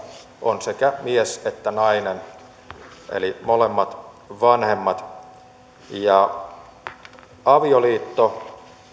on sekä mies että nainen eli molemmat vanhemmat avioliitto